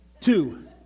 Two